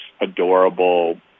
adorable